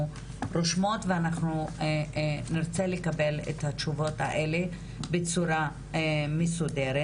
רושמות ואנחנו נרצה לקבל את התשובות האלה בצורה מסודרת.